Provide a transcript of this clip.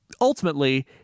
ultimately